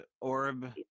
orb